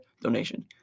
donation